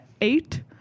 eight